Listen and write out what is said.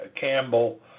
Campbell